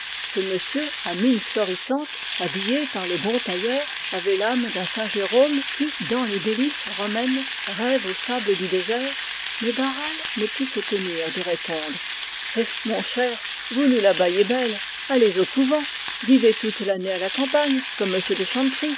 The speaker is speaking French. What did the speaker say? ce monsieur à mine florissante habillé par le bon tailleur avait l'âme d'un saint jérôme qui dans les délices romaines rêve aux sables du désert mais barral ne put se tenir de répondre eh mon cher vous nous la baillez belle allez au couvent vivez toute l'année à la campagne comme